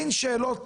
אם שאלות